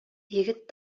егет